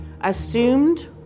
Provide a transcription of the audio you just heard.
assumed